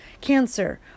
cancer